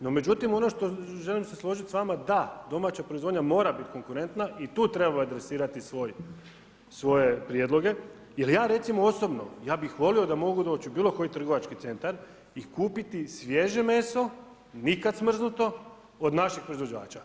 No međutim, ono što želim se složit s vama, da, domaća proizvodnja mora biti konkretna i tu trebamo adresirati svoje prijedloge jer ja recimo osobno, ja bih volio da mogu doći u bilo koji trgovački centar i kupiti svježe meso, nikad smrznuto, od naših proizvođača.